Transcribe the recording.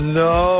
no